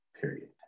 period